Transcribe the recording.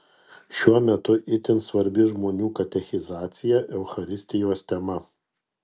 šiuo metu itin svarbi žmonių katechizacija eucharistijos tema